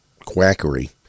quackery